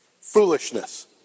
foolishness